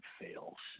fails